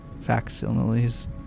facsimiles